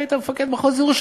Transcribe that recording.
אתה היית מפקד מחוז ירושלים,